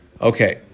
okay